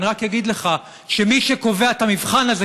אני רק אגיד לך שמי שקובע את המבחן הזה,